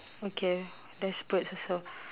okay there's birds also